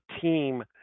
team